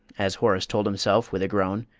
as horace told himself with a groan,